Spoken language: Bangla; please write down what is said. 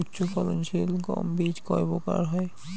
উচ্চ ফলন সিল গম বীজ কয় প্রকার হয়?